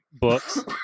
books